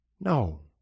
No